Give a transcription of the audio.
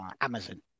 Amazon